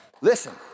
listen